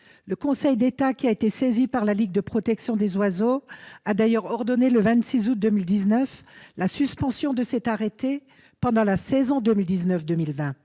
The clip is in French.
Le Conseil d'État, saisi par la Ligue de protection des oiseaux (LPO), a d'ailleurs ordonné, le 26 août 2019, la suspension de cet arrêté pendant la saison 2019-2020,